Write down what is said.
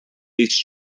least